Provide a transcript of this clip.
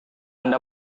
anda